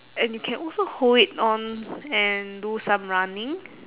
and you can also hold it on and do some running